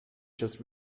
just